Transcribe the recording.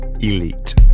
elite